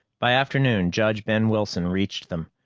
by afternoon, judge ben wilson reached them.